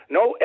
no